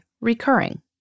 recurring